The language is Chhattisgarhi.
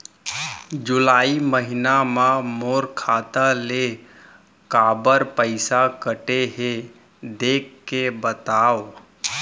जुलाई महीना मा मोर खाता ले काबर पइसा कटे हे, देख के बतावव?